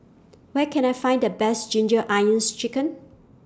Where Can I Find The Best Ginger Onions Chicken